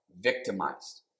victimized